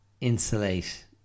insulate